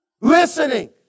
listening